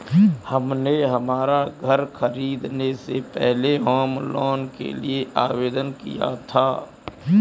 हमने हमारा घर खरीदने से पहले होम लोन के लिए आवेदन किया था